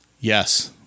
Yes